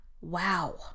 Wow